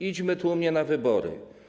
Idźmy tłumnie na wybory.